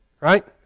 right